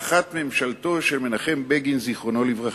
האחת ממשלתו של מנחם בגין, זיכרונו לברכה,